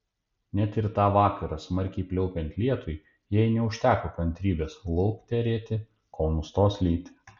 net ir tą vakarą smarkiai pliaupiant lietui jai neužteko kantrybės lukterėti kol nustos lyti